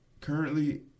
currently